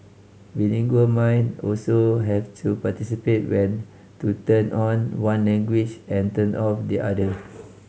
bilingual mind also have to participate when to turn on one language and turn off the other